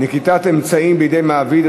נקיטת אמצעים בידי מעביד),